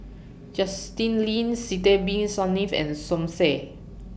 Justin Lean Sidek Bin Saniff and Som Said